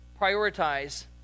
prioritize